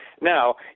now